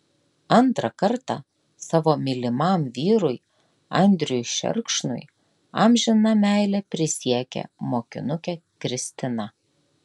antrą kartą savo mylimam vyrui andriui šerkšnui amžiną meilę prisiekė mokinukė kristina